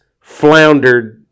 floundered